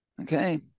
okay